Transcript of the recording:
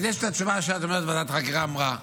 אז יש את התשובה שאת אומרת, ועדת החקירה אמרה.